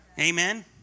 Amen